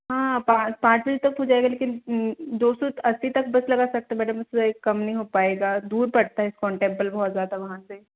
हाँ पाँच पाँच बजे तक हो जाएगा लेकिन दो सौ अस्सी तक बस लगा सकते हैं मैडम उस में एक कम नहीं हो पाएगा दूर पड़ता है इस्कॉन टेम्पल बहुत ज़्यादा वहाँ से